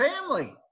family